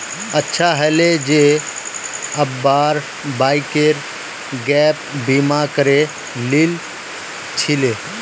अच्छा हले जे अब्बार बाइकेर गैप बीमा करे लिल छिले